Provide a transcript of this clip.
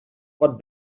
pot